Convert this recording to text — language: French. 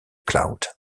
cloud